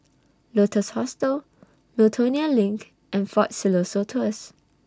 Lotus Hostel Miltonia LINK and Fort Siloso Tours